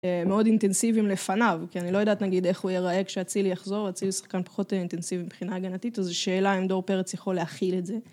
מאוד אינטנסיביים לפניו, כי אני לא יודעת נגיד איך הוא ייראה כשהציל יחזור, הציל ישחקן פחות אינטנסיבי מבחינה הגנתית, אז זה שאלה אם דור פרץ יכול להכיל את זה.